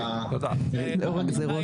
לאור הגזרות.